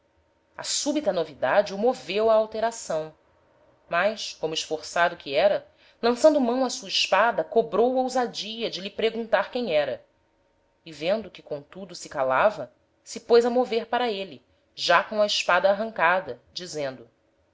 a subita novidade o moveu á alteração mas como esforçado que era lançando mão á sua espada cobrou ousadia de lhe preguntar quem era e vendo que comtudo se calava se pôs a mover para êle já com a espada arrancada dizendo